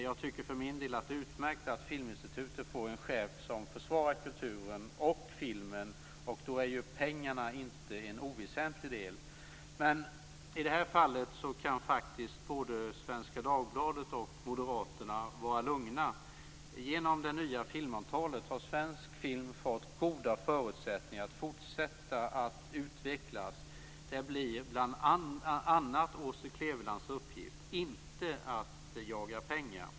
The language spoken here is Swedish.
Jag tycker för min del att det är utmärkt att Filminstitutet får en chef som försvarar kulturen och filmen. Pengarna är inte en oväsentlig del. I det här fallet kan både Svenska Dagbladet och Moderaterna vara lugna. Genom det nya Filmavtalet har svensk film fått goda förutsättningar att fortsätta att utvecklas. Det blir bl.a. Åse Klevelands uppgift - inte att jaga pengar.